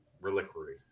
Reliquary